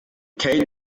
kate